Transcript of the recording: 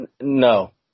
no